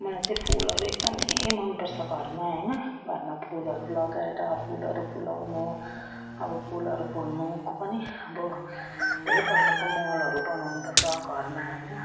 मलाई चाहिँ फुलहरू एकदम मन पर्छ घरमा होइन घरमा फुलहरू लगाएर फुलहरू फुलाउनु अब फुलहरू फुल्नुको पनि अब धेरै प्रकारको मलहरू बनाउनु पर्छ घरमा होइन